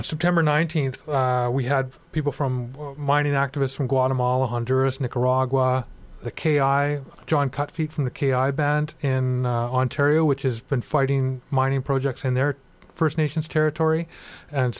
september nineteenth we had people from mining activists from guatemala honduras nicaragua the k i john cut feet from the k i bent in ontario which has been fighting mining projects in their first nations territory and